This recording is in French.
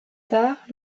tard